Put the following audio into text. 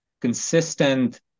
consistent